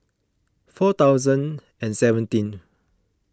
four thousand and seventeen